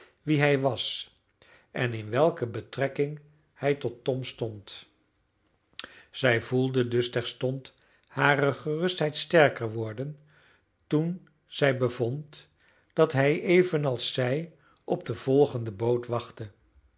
wie hij was en in welke betrekking hij tot tom stond zij voelde dus terstond hare gerustheid sterker worden toen zij bevond dat hij evenals zij op de volgende boot wachtte